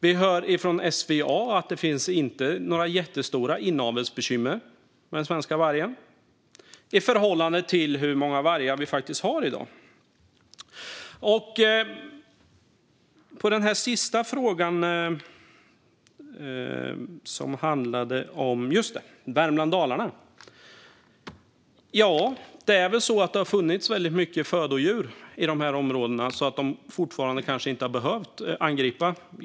Vi hör från SVA att det inte finns några jättestora inavelsbekymmer med den svenska vargen i förhållande till hur många vargar vi faktiskt har i dag. Den sista frågan handlade om Värmland och Dalarna. Det har väl funnits mycket födodjur i de här områdena så att vargarna kanske inte har behövt göra angrepp.